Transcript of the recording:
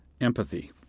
Empathy